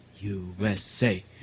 USA